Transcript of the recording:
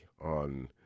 on